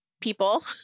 people